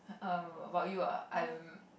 um about you ah I'm